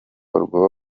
urwo